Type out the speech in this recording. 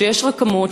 שיש רקמות,